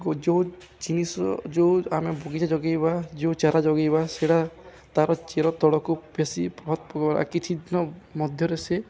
ଯେଉଁ ଜିନିଷ ଯେଉଁ ଆମେ ବଗିଚା ଜଗାଇବା ଯେଉଁ ଚାରା ଜଗାଇବା ସେଇଟା ତା'ର ଚେର ତଳକୁ ବେଶୀ କିଛି ଦିନ ମଧ୍ୟରେ ସେ